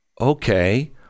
Okay